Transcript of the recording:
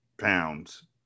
pounds